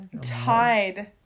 tied